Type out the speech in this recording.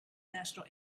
national